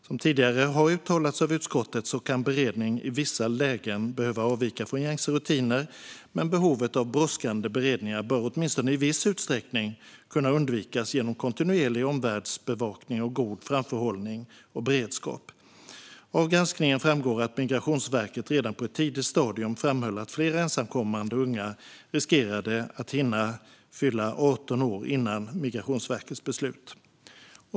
Som tidigare har uttalats av utskottet kan beredningen i vissa lägen behöva avvika från gängse rutiner, men behovet av brådskande beredningar bör åtminstone i viss utsträckning kunna undvikas genom kontinuerlig omvärldsbevakning och god framförhållning och beredskap. Av granskningen framgår att Migrationsverket redan på ett tidigt stadium framhöll att flera ensamkommande unga riskerade att hinna fylla 18 år innan Migrationsverkets beslut."